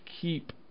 keep